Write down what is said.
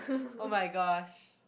oh-my-gosh